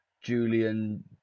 Julian